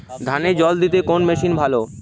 ধানে জল দিতে কোন মেশিন ভালো?